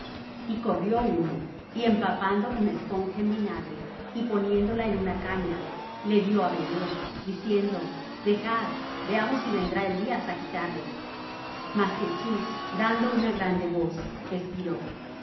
y corrió uno y empapando una esponja en vinagre y poniéndola en una caña le dió á beber diciendo dejad veamos si vendrá elías á quitarle mas jesús dando una grande voz espiró